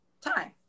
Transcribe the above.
time